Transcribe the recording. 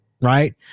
right